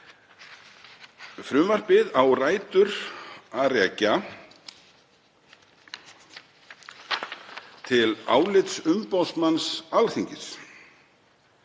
Frumvarpið á rætur að rekja til álits umboðsmanns Alþingis